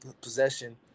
possession